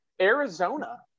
Arizona